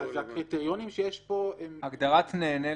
אז הקריטריונים שיש פה הם --- הגדרת נהנה,